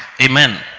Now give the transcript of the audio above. Amen